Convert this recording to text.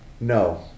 no